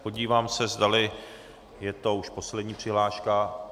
Podívám se, zdali je to už poslední přihláška.